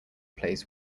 plays